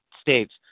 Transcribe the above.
States